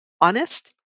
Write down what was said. honest